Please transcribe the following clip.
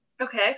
Okay